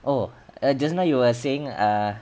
oh uh just now you were saying err